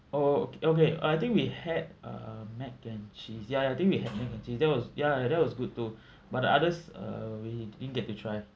oh okay I think we had a mac and cheese ya ya think we had mac and cheese that was ya that was good too but the others uh we didn't get to try